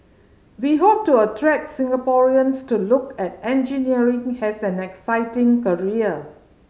we hope to attract Singaporeans to look at engineering has an exciting career